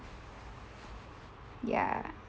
ya